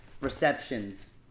Receptions